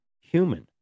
human